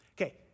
Okay